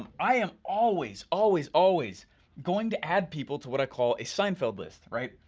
i am always, always always going to add people to what i call a seinfeld list right?